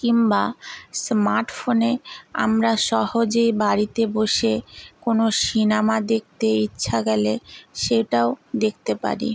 কিংবা স্মার্ট ফোনে আমরা সহজেই বাড়িতে বসে কোনো সিনেমা দেখতে ইচ্ছা গেলে সেটাও দেখতে পারি